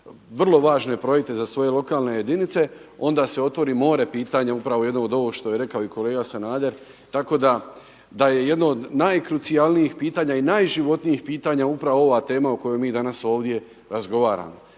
vrlo važne projekte za svoje lokalne jedinice onda se otvori more pitanja, upravo jedno od ovog što je rekao i kolega Sanader. Tako da je jedno od najkrucijalnijih pitanja i najživotnijih pitanja upravo ova tema o kojoj mi danas ovdje razgovaramo